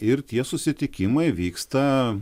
ir tie susitikimai vyksta